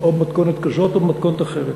או במתכונת כזאת או במתכונת אחרת,